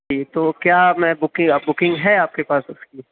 جی تو کیا میں بکی بکنگ ہے آپ کے پاس ہے اس کی